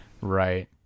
Right